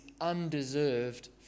undeserved